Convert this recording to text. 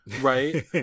right